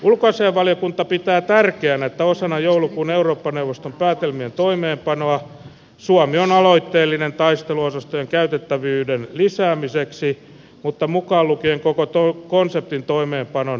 ulkoasianvaliokunta pitää tärkeänä että osana joulukuun eurooppa neuvoston päätelmien toimeenpanoa suomi on aloitteellinen taisteluosastojen käytettävyyden lisäämiseksi mutta mukaan lukien koko konseptin toimeenpanon uudelleenarviointi